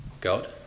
God